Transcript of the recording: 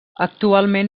actualment